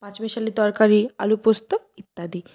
পাঁচমিশালি তরকারি আলু পোস্ত ইত্যাদি